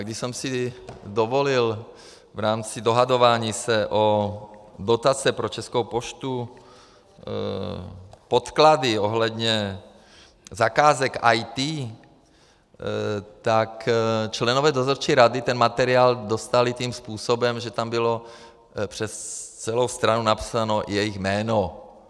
Když jsem si dovolil v rámci dohadování se o dotace pro Českou poštu podklady ohledně zakázek IT, tak členové dozorčí rady ten materiál dostali tím způsobem, že tam bylo přes celou stranu napsané jejich jméno.